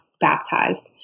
baptized